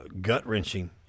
gut-wrenching